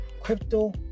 crypto